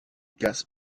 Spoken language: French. casse